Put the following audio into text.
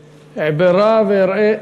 "אעברה נא ואראה